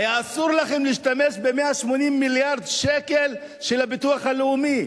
היה אסור לכם להשתמש ב-180 מיליארד שקל של הביטוח הלאומי.